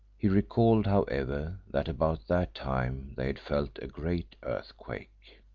he recalled, however, that about that time they had felt a great earthquake.